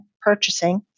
purchasing